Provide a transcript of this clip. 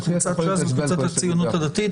קבוצת ש"ס וקבוצת הציונות הדתית.